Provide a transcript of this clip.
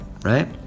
right